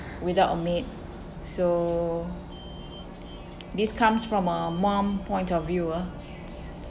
without a maid so this comes from a mum point of view ah